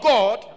God